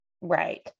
right